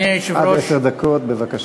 עד עשר דקות, בבקשה.